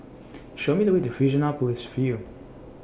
Show Me The Way to Fusionopolis View